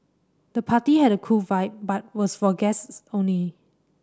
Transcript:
the party had a cool vibe but was for guests only